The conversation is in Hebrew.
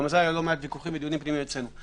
גם על זה היו לא מעט ויכוחים ודיונים פנימיים אצלנו.